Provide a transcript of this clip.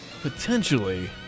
potentially